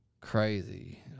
crazy